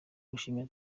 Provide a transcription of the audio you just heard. gushimira